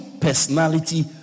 personality